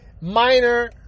minor